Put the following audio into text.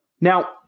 Now